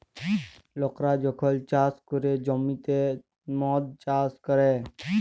লকরা যখল চাষ ক্যরে জ্যমিতে মদ চাষ ক্যরে